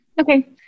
Okay